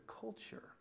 culture